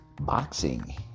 boxing